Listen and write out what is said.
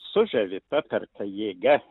sužavi paperka jėga